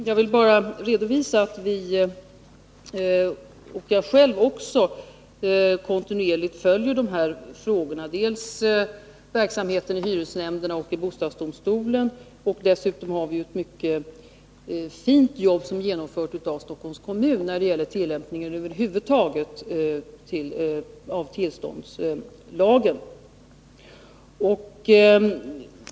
Herr talman! Jag vill bara redovisa att vi på departementet — även jag själv — kontinuerligt följer de här frågorna: dels verksamheten i hyresnämnderna, dels vad som händer i bostadsdomstolen. Dessutom har ett mycket fint jobb genomförts av Stockholms kommun när det gäller tillämpningen över huvud taget av tillståndslagen.